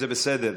זה בסדר.